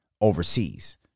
overseas